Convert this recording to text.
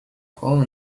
home